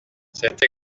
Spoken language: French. cette